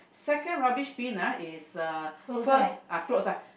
second rubbish bin ah is uh first ah clothes ah